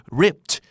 ripped